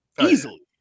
Easily